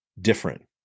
different